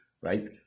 right